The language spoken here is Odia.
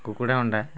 କୁକୁଡ଼ା ଅଣ୍ଡା